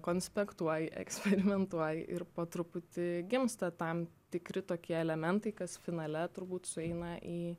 konspektuoji eksperimentuoji ir po truputį gimsta tam tikri tokie elementai kas finale turbūt sueina į